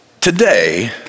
Today